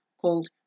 called